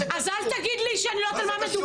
אז אל תגיד לי שאני לא יודעת על מה מדובר.